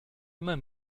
immer